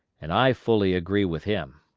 and i fully agree with him.